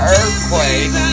earthquake